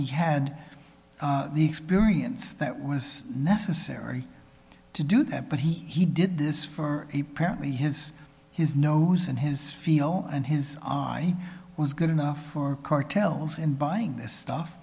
he had the experience that was necessary to do that but he did this for a parent when his his nose and his feel and his i was good enough for cartels and buying this stuff